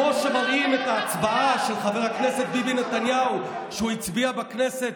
חבר הכנסת אופיר כץ.